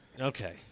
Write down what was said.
Okay